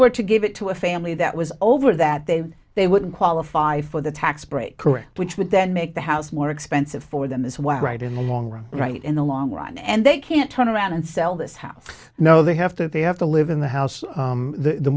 were to give it to a family that was over that they they wouldn't qualify for the tax break correct which would then make the house more expensive for them as well right in the long right in the long run and they can't turn around and sell this house no they have to they have to live in the house